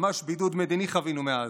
ממש בידוד מדיני חווינו מאז.